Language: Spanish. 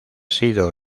sido